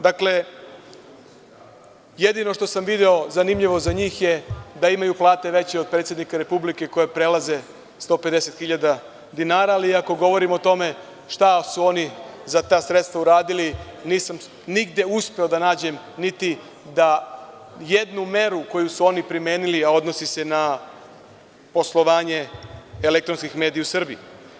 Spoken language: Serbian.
Jedino što sam video zanimljivo za njih je da imaju plate veće od predsednika Republike koje prelaze 150.000 dinara, ali ako govorimo o tome šta su oni za ta sredstva uradili nisam nigde uspeo da nađem, niti jednu meru koju su oni primenili, a odnosi se na poslovanje elektronskih medija u Srbiji.